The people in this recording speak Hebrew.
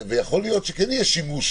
יכול להיות שכן יהיה שימוש